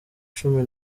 cumi